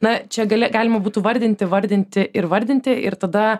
na čia gali galima būtų vardinti vardinti ir vardinti ir tada